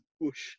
bush